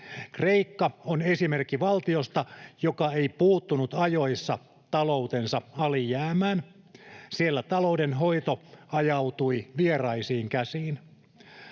Kreikka on esimerkki valtiosta, joka ei puuttunut ajoissa taloutensa alijäämään. Siellä talouden hoito ajautui vieraisiin käsiin.